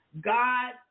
God